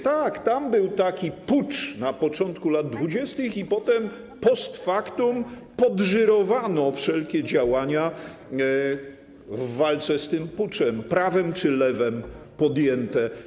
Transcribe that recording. Tak, tam był taki pucz na początku lat 20. i potem post factum podżyrowano wszelkie działania w walce z tym puczem, prawem czy lewem podjęte.